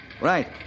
Right